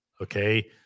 Okay